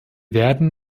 werden